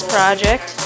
Project